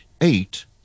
eight